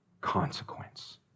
consequence